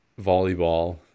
volleyball